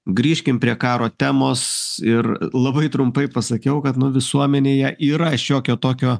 grįžkim prie karo temos ir labai trumpai pasakiau kad nu visuomenėje yra šiokio tokio